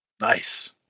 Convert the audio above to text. Nice